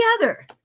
Together